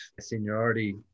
seniority